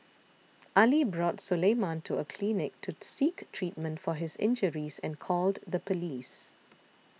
Ali brought Suleiman to a clinic to seek treatment for his injuries and called the police